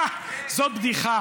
אה, זאת בדיחה.